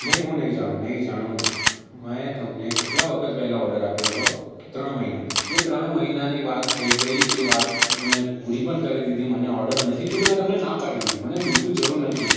નહીં હું નહીં જાણું નહીં જાણું મેં તમને કેટલા વખત પહેલાં ઓડર આપ્યો હતો ત્રણ મહિના એ ત્રણ મહિનાની વાત થઈ ગઈ એ વાત મેં પૂરી પણ કરી દીધી મને ઓડર નથી જોઈતો મેં તમને ના પાડેલી મને બિલ્કુલ જરૂર નથી